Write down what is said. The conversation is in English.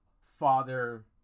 father